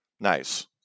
nice